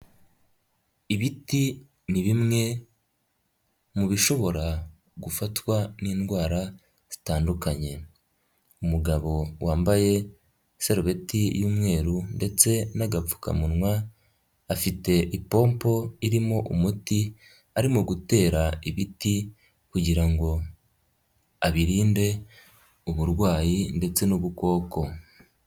Ibiti ni bimwe mu bishobora gufatwa n'indwara zitandukanye, umugabo wambaye isarubeti y'umweru ndetse n'agapfukamunwa, afite ipompo irimo umuti, arimo gutera ibiti kugira ngo abirinde uburwayi ndetse n'udukoko.